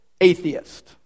atheist